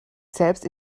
selbst